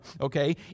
okay